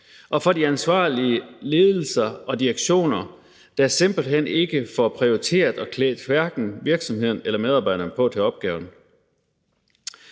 og for de ansvarlige ledelser og direktioner, der simpelt hen ikke får prioriteret at klæde hverken virksomheden eller medarbejderne på til opgaven.